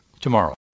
tomorrow